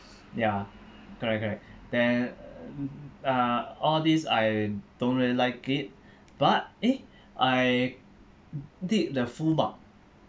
ya correct correct then uh all these I don't really like it but eh I did the full mark